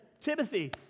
Timothy